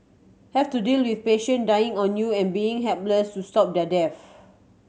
have to deal with patient dying on you and being helpless to stop their deaths